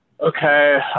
Okay